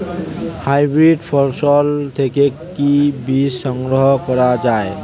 Hybrid ফসল থেকে কি বীজ সংগ্রহ করা য়ায়?